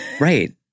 Right